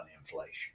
inflation